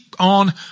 On